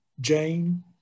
jane